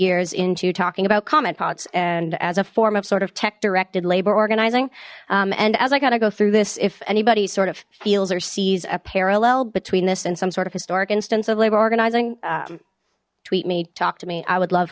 gears into talking about comment pots and as a form of sort of tech directed labor organizing and as i got to go through this if anybody sort of feels or sees a parallel between this and some sort of historic instance of labor organizing tweet me talk to me i would love